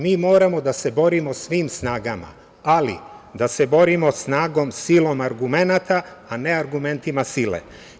Mi moramo da se borimo svim snagama, ali da se borimo snagom silom argumenata, a ne argumentima sile.